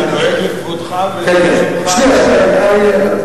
אני דואג לכבודך ולשמך הטוב.